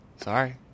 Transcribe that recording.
Sorry